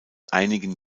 einigen